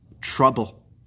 Trouble